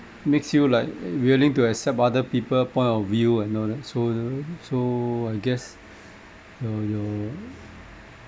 makes you like willing to accept other people point of view and all that so so I guess your your